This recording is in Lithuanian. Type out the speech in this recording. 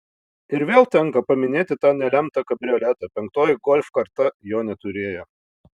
ir vėl tenka paminėti tą nelemtą kabrioletą penktoji golf karta jo neturėjo